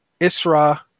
Isra